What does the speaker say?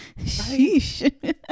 sheesh